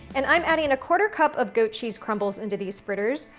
and i'm adding a quarter cup of goat cheese crumbles into these fritters,